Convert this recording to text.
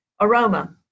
aroma